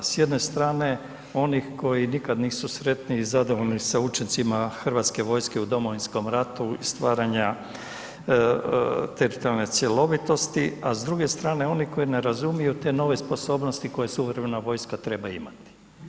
S jedne strane onih koji nikada nisu sretniji sa učincima Hrvatske vojske u Domovinskom ratu i stvaranja teritorijalne cjelovitosti a s druge strane oni koji ne razumiju ste nove sposobnosti koje suvremena vojska treba imati.